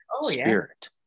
spirit